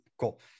Cool